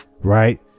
right